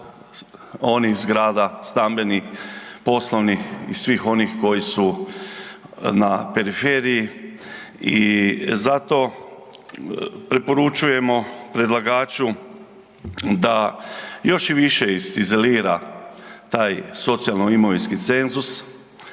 onih zgrada stambenih, poslovnih i svih onih koji su na periferiji i zato preporučujemo predlagaču da još i više iznivelira taj socijalno-imovinski cenzus,